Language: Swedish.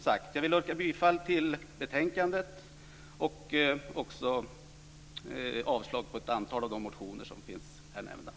Jag vill yrka bifall till utskottets hemställan och även avslag på ett antal av de motioner som här nämnts.